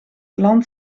land